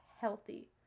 healthy